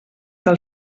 del